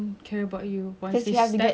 people are there to maybe get money